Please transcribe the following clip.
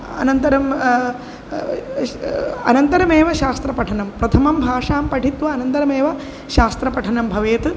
अनन्तरं अनन्तरमेव शास्त्रपठनं प्रथमं भाषां पठित्वा अनन्तरमेव शास्त्रपठनं भवेत्